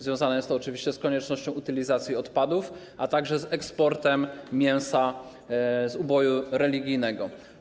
Związane jest to oczywiście z koniecznością utylizacji odpadów, a także z eksportem mięsa z uboju religijnego.